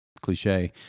cliche